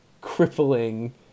crippling